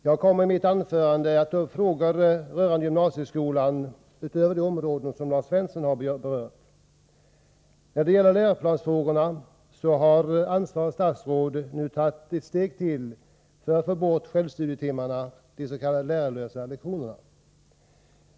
Herr talman! Jag kommer i mitt anförande att ta upp frågor rörande gymnasieskolan utöver de områden som Lars Svensson har berört. När det gäller läroplansfrågorna har ansvarigt statsråd nu tagit ytterligare ett steg för att få bort självstudietimmarna, de s.k. lärarlösa lektionerna.